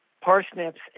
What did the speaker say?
Parsnips